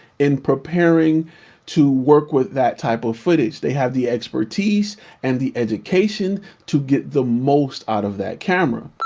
in preparing to work with that type of footage. they have the expertise and the education to get the most out of that camera.